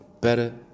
better